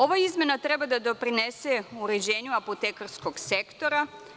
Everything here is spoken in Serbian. Ova izmena treba da doprinese uređenju apotekarskog sektora.